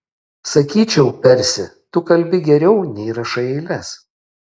sakyčiau persi tu kalbi geriau nei rašai eiles